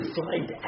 find